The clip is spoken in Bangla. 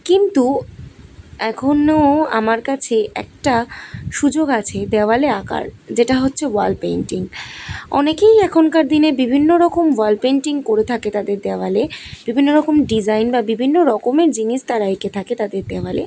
কিন্তু এখনো আমার কাছে একটা সুযোগ আছে দেওয়ালে আঁকার যেটা হচ্ছে ওয়াল পেন্টিং অনেকেই এখনকার দিনে বিভিন্ন রকম ওয়াল পেন্টিং করে থাকে তাদের দেওয়ালে বিভিন্ন রকম ডিজাইন বা বিভিন্ন রকমের জিনিস তারা এঁকে থাকে তাদের দেওয়ালে